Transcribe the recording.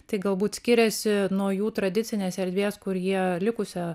tai galbūt skiriasi nuo jų tradicinės erdvės kur jie likusią